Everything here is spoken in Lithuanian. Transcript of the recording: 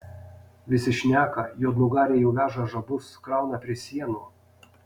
visi šneka juodnugariai jau veža žabus krauna prie sienų